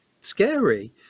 scary